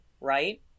right